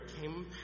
came